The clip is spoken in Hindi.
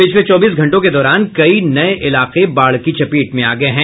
पिछले चौबीस घंटों के दौरान कई नये इलाके बाढ़ की चपेट में आ गये हैं